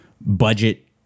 budget